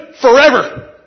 forever